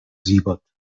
siebert